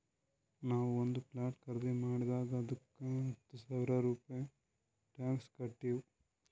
ನಾವು ಒಂದ್ ಪ್ಲಾಟ್ ಖರ್ದಿ ಮಾಡಿದಾಗ್ ಅದ್ದುಕ ಹತ್ತ ಸಾವಿರ ರೂಪೆ ಟ್ಯಾಕ್ಸ್ ಕಟ್ಟಿವ್